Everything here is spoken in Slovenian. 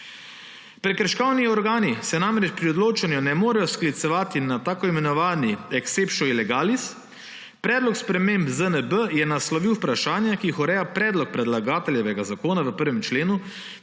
Prekrškovni organi se namreč pri odločanju ne morejo sklicevati na tako imenovan exceptio illegalis. Predlog sprememb ZNB je naslovil vprašanja, ki jih ureja predlog predlagateljevega zakona v 1. členu,